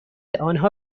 آنها